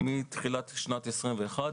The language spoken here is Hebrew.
מתחילת שנת 2021,